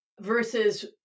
versus